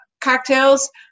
cocktails